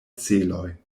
celoj